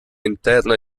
interna